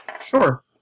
Sure